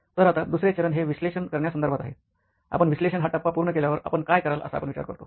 तर आता दुसरे चरण हे विश्लेषण करण्यासंदर्भात आहे आपण विश्लेषण हा टप्पा पूर्ण केल्यावर आपण काय कराल असा आपण विचार करता